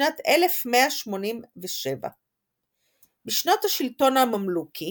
בשנת 1187. בשנות השלטון הממלוכי